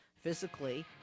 physically